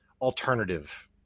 alternative